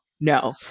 no